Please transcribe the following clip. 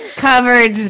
covered